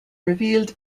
revealed